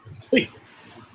Please